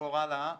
נעבור הלאה.